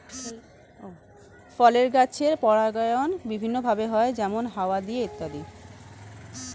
ফলের গাছের পরাগায়ন বিভিন্ন ভাবে হয়, যেমন হাওয়া দিয়ে ইত্যাদি